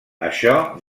això